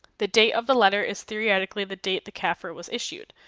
the date of the letter is theoretically the date the cafr was issued.